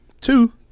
Two